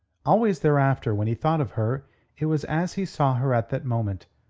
always thereafter when he thought of her it was as he saw her at that moment,